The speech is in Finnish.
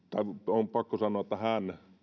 on pakko sanoa